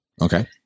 Okay